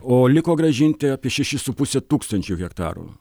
o liko grąžinti apie šešis su puse tūkstančio hektarų